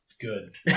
Good